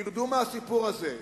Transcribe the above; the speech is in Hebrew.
תרדו מהסיפור הזה.